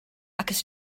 achos